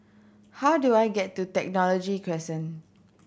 how do I get to Technology Crescent